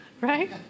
right